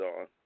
on